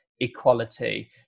equality